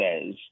says